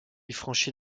franchit